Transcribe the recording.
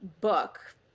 book